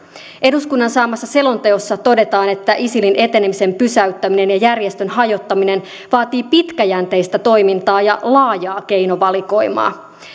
eduskunnan saamassa selonteossa todetaan että isilin etenemisen pysäyttäminen ja järjestön hajottaminen vaatii pitkäjänteistä toimintaa ja laajaa keinovalikoimaa